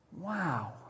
wow